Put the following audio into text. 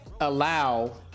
allow